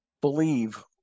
believe